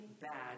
bad